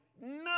No